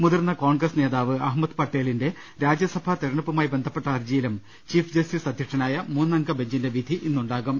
മുതിർന്ന കോൺഗ്രസ് നേതാവ് പ്രഅഹമ്മദ് പട്ടേലിന്റെ രാജ്യസഭാ തെരഞ്ഞെടുപ്പുമായി ബന്ധപ്പെട്ട ഹർജിയിലും ചീഫ് ജസ്റ്റിസ് അധ്യക്ഷനായ മൂന്നംഗ ബഞ്ചിന്റെ വിധി ഇന്നുണ്ടാകും